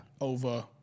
over